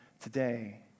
today